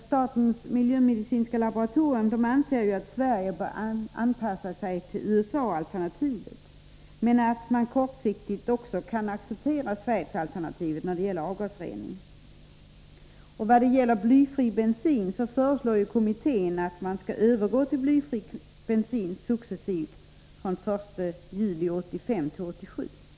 Statens miljömedicinska laboratorium anser att Sverige bör anpassa sig till USA-alternativet men att man kortsiktigt också kan acceptera Schweiz-alternativet beträffande avgasrening. I vad gäller blyfri bensin föreslår kommittén att man skall övergå till blyfri bensin successivt från den 1 juli 1985 till 1987.